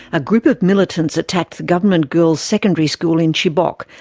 a group of militants attacked the government girls secondary school in chibok,